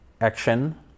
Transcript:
action